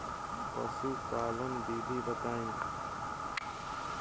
पशुपालन विधि बताई?